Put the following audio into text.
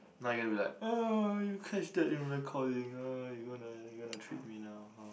now you gonna be like you catch that in recording you gonna you gonna trick me now